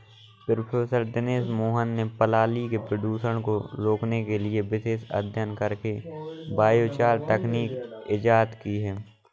professor Dinesh Mohan ने पराली के प्रदूषण को रोकने के लिए विशेष अध्ययन करके बायोचार तकनीक इजाद की है